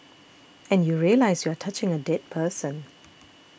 and you realise you are touching a dead person